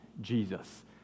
Jesus